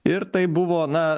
ir tai buvo na